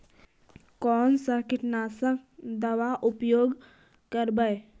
कोन सा कीटनाशक दवा उपयोग करबय?